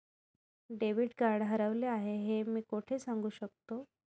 Debit card हरवले आहे हे मी कोठे सांगू शकतो?